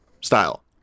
style